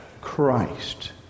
Christ